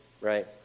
right